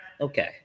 Okay